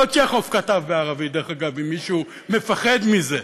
לא צ'כוב כתב בערבית, דרך אגב, אם מישהו מפחד מזה.